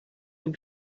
him